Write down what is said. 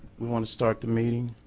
we want to start the meeting.